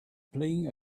playing